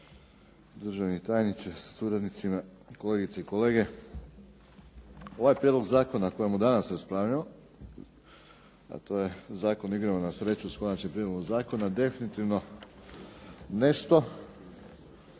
državni tajniče sa suradnicima, kolegice i kolege. Ovaj prijedlog zakona o kojem danas raspravljamo a to je Zakon o igrama na sreću s konačnim prijedlogom zakona definitivno nešto